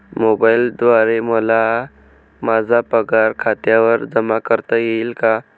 मोबाईलद्वारे मला माझा पगार खात्यावर जमा करता येईल का?